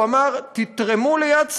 אמר: תתרמו ל"יד שרה",